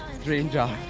dream job.